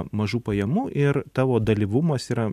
mažų pajamų ir tavo dalyvumas yra